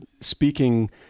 speaking